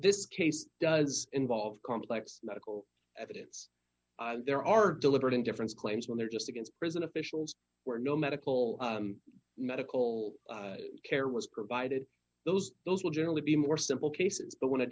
this case does involve complex medical evidence there are deliberate indifference claims when they're just against prison officials were no medical medical care was provided those those will generally be more simple cases but when